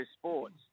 sports